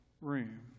room